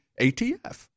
ATF